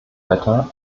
wetter